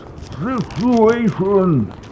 situation